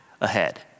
ahead